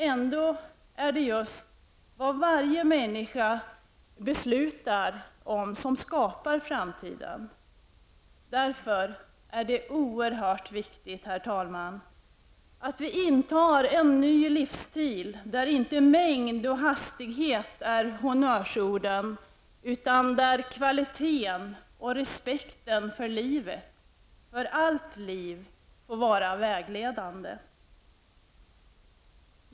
Ändå är det just varje människas beslut som skapar framtiden. Därför är det oerhört viktigt att vi intar en ny livsstil där inte mängd och hastighet är honnörsorden, utan där kvaliteten och respekten för livet -- allt liv -- får vara vägledande.